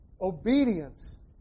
obedience